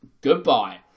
goodbye